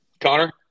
Connor